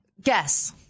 Guess